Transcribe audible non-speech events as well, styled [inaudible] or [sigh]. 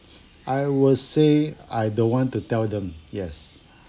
[breath] I will say I don't want to tell them yes